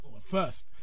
first